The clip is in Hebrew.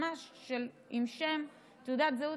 ממש עם שם ותעודת זהות,